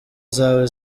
zawe